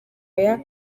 aya